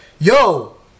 Yo